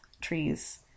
trees